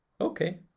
Okay